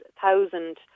thousand